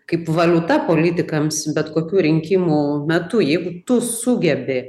kaip valiuta politikams bet kokių rinkimų metu jeigu tu sugebi